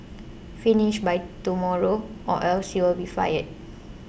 finish by tomorrow or else you'll be fired